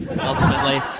ultimately